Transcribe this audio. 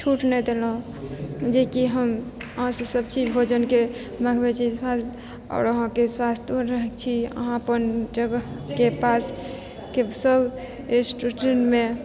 छूट नहि देलहुँ जेकि हम अहाँसँ सभचीज भोजनके मँगबैत छी आओर अहाँके सस्तो रहैत छै अहाँ अपन जगहके पासके सभ रेस्टोरेन्टमे